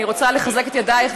אני רוצה לחזק את ידייך,